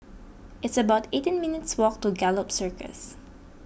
it's about eighteen minutes' walk to Gallop Circus